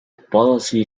policy